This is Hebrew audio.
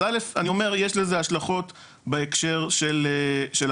אז א' אני אומר יש לזה השלכות בהקשר של החלטות